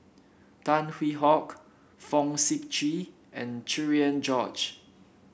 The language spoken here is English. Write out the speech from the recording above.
Tan Hwee Hock Fong Sip Chee and Cherian George